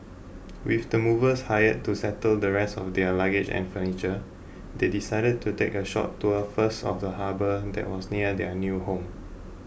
with the movers hired to settle the rest of their luggage and furniture they decided to take a short tour first of the harbour that was near their new home